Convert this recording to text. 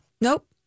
nope